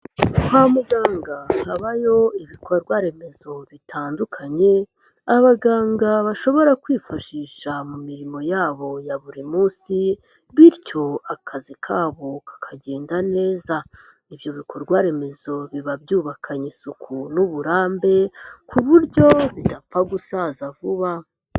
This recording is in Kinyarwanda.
Kwa muganga habayo ibikorwa remezo bitandukanye, abaganga bashobora kwifashisha mu mirimo yabo ya buri munsi, bityo akazi kabo kakagenda neza, ibyo bikorwa remezo biba byubakanye isuku n'uburambe ku buryo bidapfa gusaza vuba.